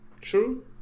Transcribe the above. True